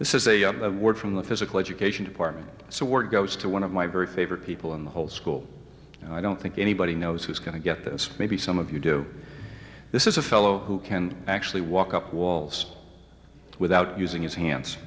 this is a word from the physical education department so work goes to one of my very favorite people in the whole school and i don't think anybody knows who's going to get this maybe some of you do this is a fellow who can actually walk up walls without using his hands